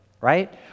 right